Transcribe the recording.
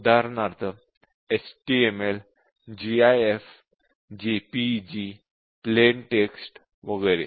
उदाहरणार्थ HTML GIF JPEG Plain Text वगैरे